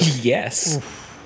Yes